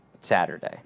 Saturday